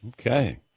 okay